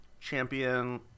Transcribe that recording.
champion